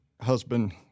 husband